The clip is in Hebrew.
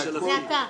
זה אתה .